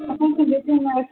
ꯑꯃꯨꯛ ꯊꯦꯡꯅꯔꯁꯤ